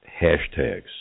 hashtags